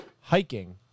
hiking